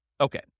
Okay